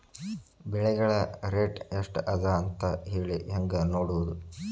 ಬೆಳೆಗಳ ರೇಟ್ ಎಷ್ಟ ಅದ ಅಂತ ಹೇಳಿ ಹೆಂಗ್ ನೋಡುವುದು?